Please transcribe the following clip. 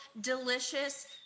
delicious